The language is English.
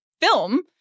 film